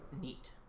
neat